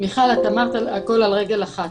מיכל, את אמרת הכל על רגל אחת.